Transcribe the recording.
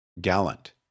Gallant